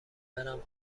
برم